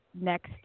next